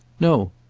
no,